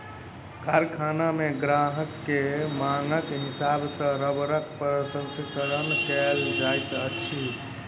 कारखाना मे ग्राहक के मांगक हिसाब सॅ रबड़क प्रसंस्करण कयल जाइत अछि